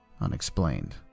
unexplained